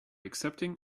accepting